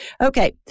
Okay